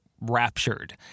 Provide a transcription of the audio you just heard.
raptured